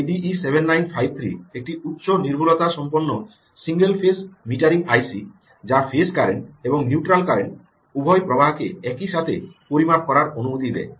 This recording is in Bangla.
এডিই 7953 একটি উচ্চ নির্ভুলতা সম্পন্ন সিঙ্গেল ফেজ মিটারিং আইসি যা ফেজ কারেন্ট এবং নিউট্রাল কারেন্ট উভয় প্রবাহকে একই সাথে পরিমাপ করার অনুমতি দেয়